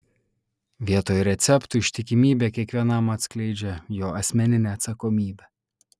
vietoj receptų ištikimybė kiekvienam atskleidžia jo asmeninę atsakomybę